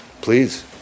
Please